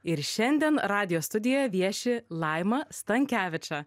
ir šiandien radijo studijoje vieši laima stankeviča